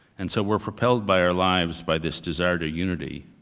and so we're propelled by our lives, by this desire to unity,